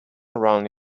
around